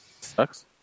Sucks